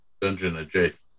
Dungeon-adjacent